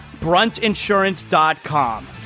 Bruntinsurance.com